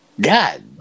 God